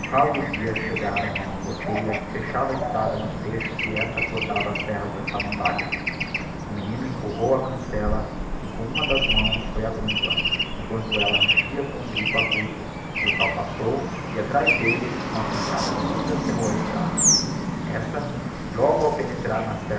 e o guia chegaram a uma porteira que fechava a estrada no trecho em que esta cortava as terras da samambaia o menino empurrou a cancella e com uma das mãos foi abrindo a emquanto ella rangia com um grito agudo milkau passou e atraz d'elle uma pancada surda cerrou a estrada esta logo ao penetrar nas